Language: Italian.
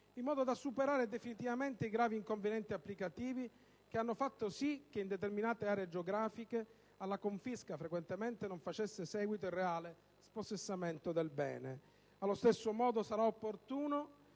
in modo da superare definitivamente i gravi inconvenienti applicativi che hanno fatto sì che, in determinate aree geografiche, alla confisca frequentemente non facesse seguito il reale spossessamento del bene. Allo stesso modo, sarà opportuno